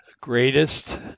greatest